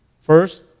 First